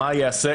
מה ייעשה?